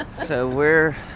so where,